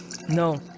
No